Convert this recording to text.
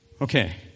Okay